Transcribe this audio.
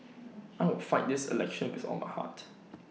I will fight this election with all my heart